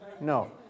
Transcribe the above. No